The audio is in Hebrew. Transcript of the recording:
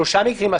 שלושה מקרים,